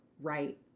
right